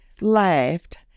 laughed